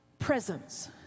presence